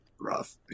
rough